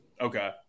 Okay